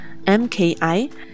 MKI